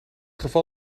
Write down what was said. geval